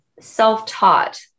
self-taught